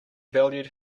valued